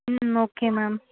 ம் okay ma'am